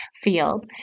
field